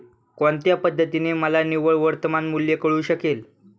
कोणत्या पद्धतीने मला निव्वळ वर्तमान मूल्य कळू शकेल?